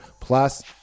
plus